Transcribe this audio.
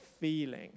feeling